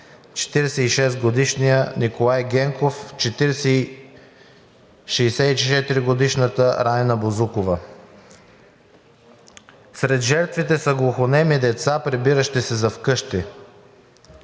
46-годишният Николай Генков, 64-годишната Райна Бозукова. Сред жертвите са глухонеми деца, прибиращи се за вкъщи.